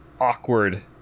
awkward